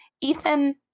Ethan